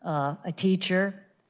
a teacher,